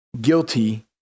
Guilty